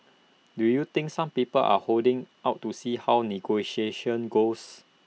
do you think some people are holding out to see how negotiations goes